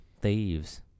thieves